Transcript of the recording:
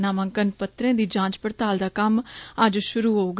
नामांकन पत्रे दी जांच पड़ताल दा कम्म अज्ज षुरु होग